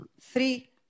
three